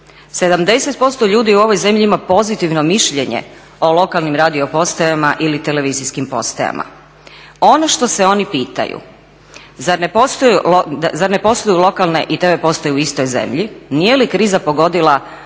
70% ljudi u ovoj zemlji ima pozitivno mišljenje o lokalnim radio postajama ili televizijskim postajama. Ono što se oni pitaju, zar ne … lokalne i TV postaje u istoj zemlji? Nije li kriza pogodila